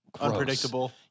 Unpredictable